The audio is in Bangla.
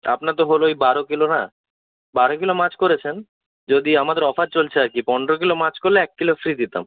আপনার তো হলো ওই বারো কিলো না বারো কিলো মাছ করেছেন যদি আমাদের অফার চলছে আর কী পনেরো কিলো মাছ করলে এক কিলো ফ্রি দিতাম